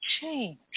change